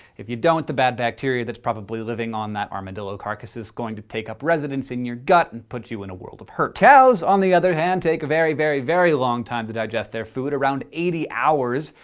if you don't, the bad bacteria that's probably living on that armadillo carcass is going to take up residence in your gut and put you in a world of hurt. cows, on the other hand, take a very very very long time to digest their food, around eighty hours,